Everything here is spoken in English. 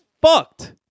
fucked